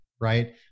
Right